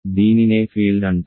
దీనినే ఫీల్డ్ అంటారు